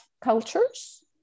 cultures